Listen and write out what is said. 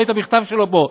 ראית את המכתב שלו פה,